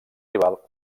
rival